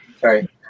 sorry